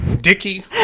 Dicky